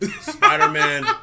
Spider-Man